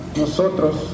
nosotros